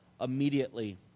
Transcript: immediately